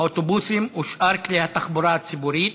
האוטובוסים ושאר כלי התחבורה הציבורית